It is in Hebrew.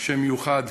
שם מיוחד.